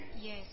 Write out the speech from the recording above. Yes